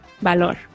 Valor